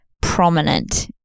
prominent